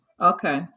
Okay